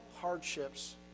hardships